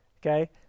Okay